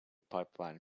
pipeline